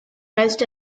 most